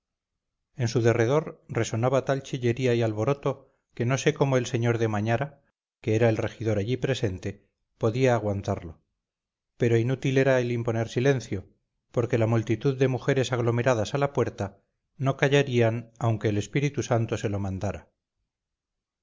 en su derredor resonaba tal chillería y alboroto que no sé cómo el señor de mañara que era el regidor allí presente podía aguantarlo pero inútil era el imponer silencio porque la multitud de mujeres aglomeradas a la puerta no callarían aunque el espíritu santo se lo mandara